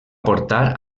portar